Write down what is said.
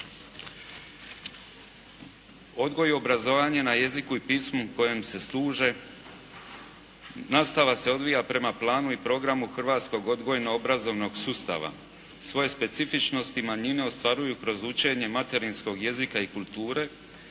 Odgoj i obrazovanje na jeziku i pismu kojim se služe. Nastava se odvija prema planu i programu hrvatskog odgojno-obrazovnog sustava. Svoje specifičnosti manjine ostvaruju kroz učenje materinskog jezika i kulture